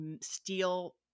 steel